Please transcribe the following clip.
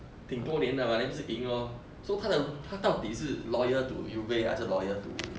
顶多年的 [what] then 不是赢 lor so 他的他到底是 loyal to uva 还是 loyal to